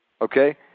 Okay